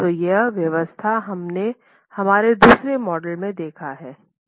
तो यह व्यवस्था हमने हमारे दूसरे मॉड्यूल में देखा है